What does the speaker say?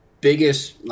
biggest